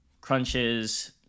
crunches